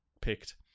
picked